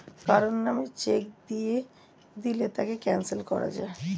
কারো নামে চেক দিয়ে দিলে তাকে ক্যানসেল করা যায়